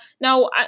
Now